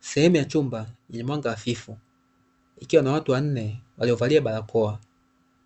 Sehemu ya chumba yenye mwanga hafifu, ikiwa na watu wanne waliovalia barakoa